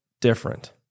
different